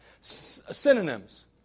Synonyms